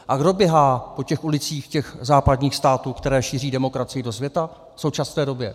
A kdo běhá po těch ulicích těch západních států, které šíří demokracii do světa v současné době?